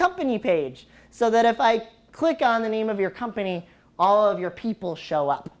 company page so that if i click on the name of your company all of your people show up